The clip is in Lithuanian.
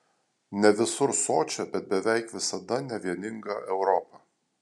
ne visur sočią bet beveik visada nevieningą europą